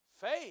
faith